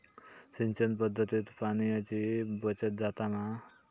सिंचन पध्दतीत पाणयाची बचत जाता मा?